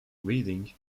reading